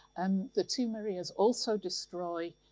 and the two maria's also destroy